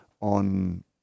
on